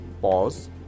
pause